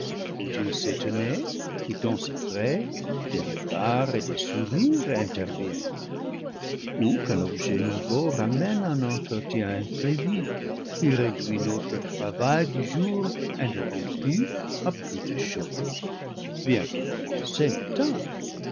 faut-il s'étonner qu'étant si près des regards et des sourires interviennent ou qu'un objet nouveau ramène un entretien imprévu qui réduit notre travail du jour interrompu à peu de chose bien que commencé matin